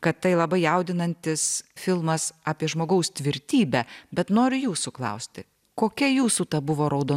kad tai labai jaudinantis filmas apie žmogaus tvirtybę bet noriu jūsų klausti kokia jūsų ta buvo raudo